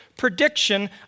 Prediction